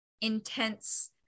intense